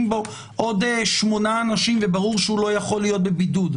בו עוד שמונה אנשים וברור שהוא לא יכול להיות בבידוד,